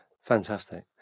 fantastic